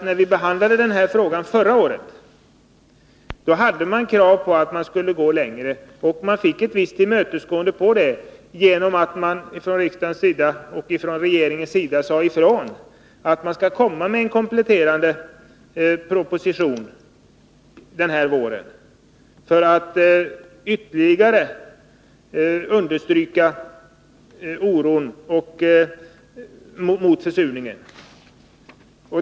När vi behandlade den här frågan förra året fanns krav på att vi skulle gå längre, och de kraven tillmötesgicks i viss utsträckning genom att riksdagen och regeringen sade ifrån att det under våren skall läggas fram en kompletterande proposition, där oron för försurningen ytterligare skall understrykas.